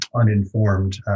uninformed